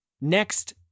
Next